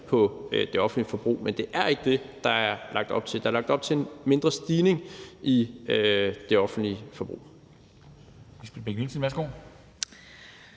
på det offentlige forbrug. Men det er ikke det, der er lagt op til. Der er lagt op til en mindre stigning i det offentlige forbrug.